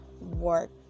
work